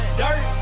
dirt